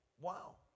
Wow